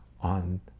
on